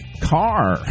car